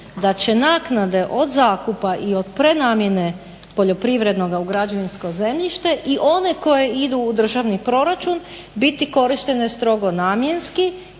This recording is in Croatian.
da će naknade od zakupa i od prenamjene poljoprivrednoga u građevinsko zemljište i one koje idu u državni proračun biti korištene strogo namjenski